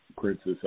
Princess